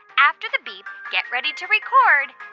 after the beep, get ready to record